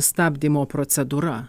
stabdymo procedūra